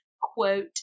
quote